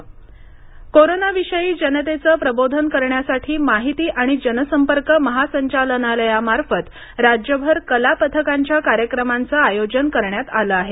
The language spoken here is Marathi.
ठाणे जिल्ह्यात कलापथक जनजागती कोरोनाविषयी जनतेचं प्रबोधन करण्यासाठी माहिती आणि जनसंपर्क महासंचालनालयामार्फत राज्यभर कलापथकांच्या कार्यक्रमांचे आयोजन करण्यात आलं आहे